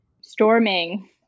storming